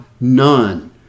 none